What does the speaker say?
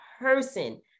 person